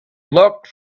looked